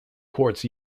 courts